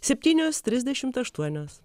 septynios trisdešimt aštuonios